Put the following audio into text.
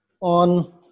on